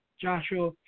Joshua